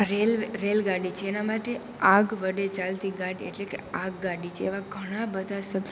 રેલગાડી છે એના માટે આગ વડે ચાલતી ગાડી એટલે કે આગગાડી છે એવા ઘણા બધા શબ્દ